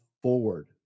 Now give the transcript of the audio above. Forward